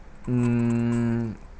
um